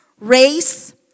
Race